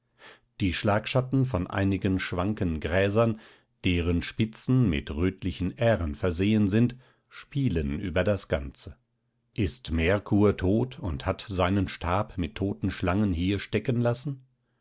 die schlagschatten von einigen schwanken gräsern deren spitzen mit rötlichen ähren versehen sind spielen über das ganze ist merkur tot und hat seinen stab mit toten schlangen hier steckenlassen letztere